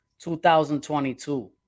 2022